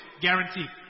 Guaranteed